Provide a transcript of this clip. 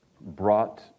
brought